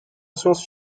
science